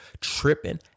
tripping